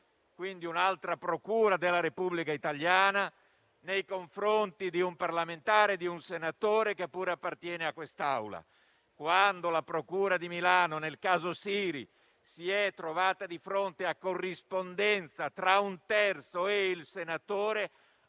quindi un'altra procura della Repubblica italiana - nei confronti di un senatore pure appartenente a quest'Assemblea: quando la procura di Milano, nel caso Siri, si è trovata di fronte a corrispondenza tra un terzo e il senatore,